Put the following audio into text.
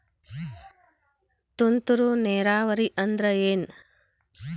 ತುಂತುರು ನೇರಾವರಿ ಅಂದ್ರ ಏನ್?